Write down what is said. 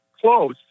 close